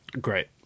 Great